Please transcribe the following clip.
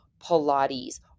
Pilates